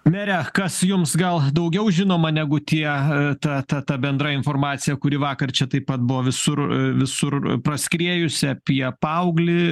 mere kas jums gal daugiau žinoma negu tie ta ta ta bendra informacija kuri vakar čia taip pat buvo visur visur praskriejusi apie paauglį